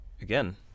Again